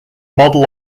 model